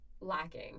lacking